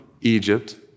Egypt